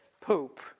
poop